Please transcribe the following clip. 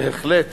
בהחלט